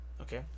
Okay